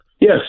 Yes